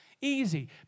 Easy